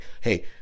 hey